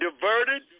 diverted